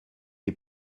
les